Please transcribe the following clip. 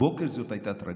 הבוקר זאת הייתה טרגדיה.